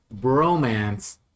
bromance